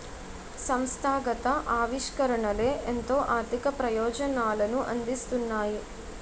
సంస్థాగత ఆవిష్కరణలే ఎంతో ఆర్థిక ప్రయోజనాలను అందిస్తున్నాయి